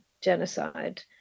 genocide